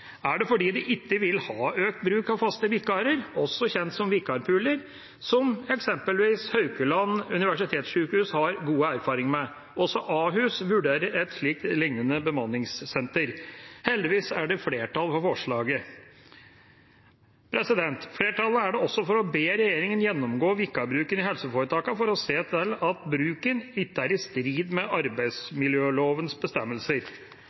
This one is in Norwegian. Er det fordi de ikke vil ha økt bruk av faste vikarer, også kjent som vikarpooler, som eksempelvis Haukeland universitetssjukehus har god erfaring med? Også Ahus vurderer et lignende bemanningssenter. Heldigvis er det flertall for forslaget. Flertall er det også for å be regjeringa gjennomgå vikarbruken i helseforetakene for å se til at bruken ikke er i strid med arbeidsmiljølovens bestemmelser.